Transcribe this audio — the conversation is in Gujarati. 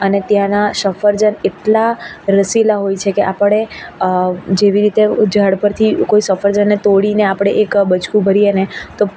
અને ત્યાંના સફરજન એટલા રસિલા હોય છે કે આપણે જેવી રીતે ઝાડ પરથી કોઈ સફરજનને તોડીને આપણે એક બચકું ભરીએ અને